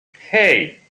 hey